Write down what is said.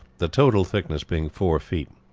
the total thickness being four feet.